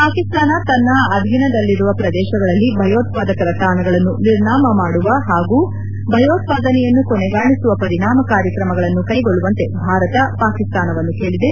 ಪಾಕಿಸ್ತಾನ ತನ್ನ ಅಧೀನದಲ್ಲಿರುವ ಪ್ರದೇಶಗಳಲ್ಲಿ ಭಯೋತ್ವಾದಕರ ತಾಣಗಳನ್ನು ನಿರ್ನಾಮ ಮಾಡುವ ಹಾಗೂ ಭಯೋತ್ಸಾದನೆಯನ್ನು ಕೊನೆಗಾಣಿಸುವ ಪರಿಣಾಮಕಾರಿ ಕ್ರಮಗಳನ್ನು ಕೈಗೊಳ್ಳುವಂತೆ ಭಾರತ ಪಾಕಿಸ್ತಾನವನ್ನು ಕೇಳಿದೆ